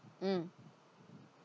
mm